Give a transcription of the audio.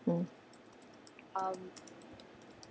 mm